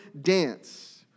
dance